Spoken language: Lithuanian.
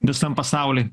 visam pasauly